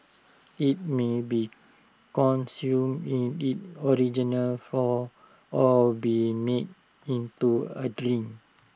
IT may be consumed in its original form or be made into A drink